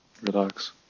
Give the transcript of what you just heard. Relax